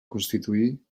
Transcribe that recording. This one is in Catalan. constituir